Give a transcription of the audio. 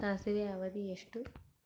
ಸಾಸಿವೆಯ ಅವಧಿ ಎಷ್ಟು?